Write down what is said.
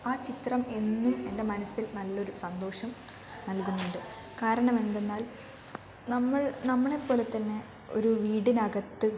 ആ ചിത്രം എന്നും എൻ്റെ മനസ്സിൽ നല്ലൊരു സന്തോഷം നൽകുന്നുണ്ട് കാരണമെന്തെന്നാൽ നമ്മൾ നമ്മളെപ്പോലെതന്നെ ഒരു വീടിനകത്ത്